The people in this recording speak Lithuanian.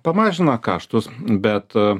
pamažina kaštus bet